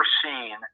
seen